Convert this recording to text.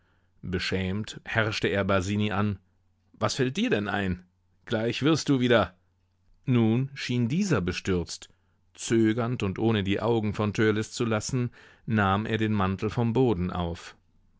beschämt herrschte er basini an was fällt dir denn ein gleich wirst du wieder nun schien dieser bestürzt zögernd und ohne die augen von törleß zu lassen nahm er den mantel vom boden auf